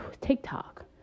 TikTok